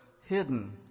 hidden